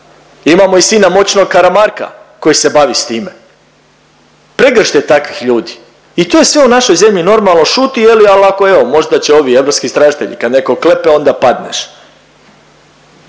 Imamo i sina moćnog Karamarka koji se bavi s time. Pregršt je takvih ljudi i to je sve u našoj zemlji normalno, šuti je li, al ako evo možda će ovi europski istražitelji kad nekog klepe onda padneš.